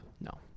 No